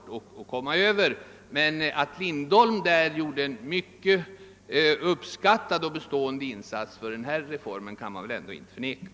Det kan inte förnekas att herr Lindholm gjorde en mycket uppskattad och bestående insats beträffande denna reform.